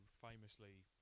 famously